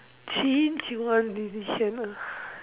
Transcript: she she want decision ah